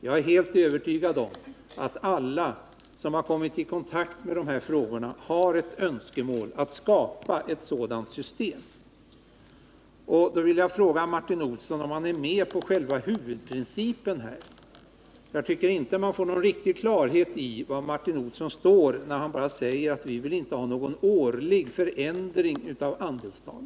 Jag är helt övertygad om att alla som har kommit i kontakt med dessa frågor önskar ett sådant system. Jag vill fråga Martin Olsson, om han är med på själva huvudprincipen. Jag tycker inte att man får någon riktig klarhet i var Martin Olsson står, eftersom han bara säger att utskottsmajoriteten inte vill ha någon årlig förändring av andelstalet.